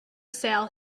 sale